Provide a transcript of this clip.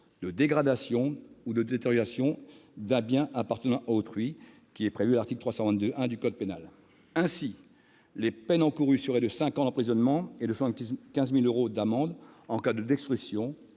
de dégradation ou de détérioration d'un bien appartenant à autrui prévu à l'article 322-1 du code pénal. Ainsi, les peines encourues seraient de cinq ans d'emprisonnement et de 75 000 euros d'amende en cas de destruction,